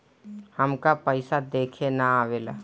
हमका पइसा देखे ना आवेला?